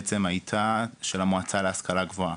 הייתה של המועצה להשכלה גבוהה.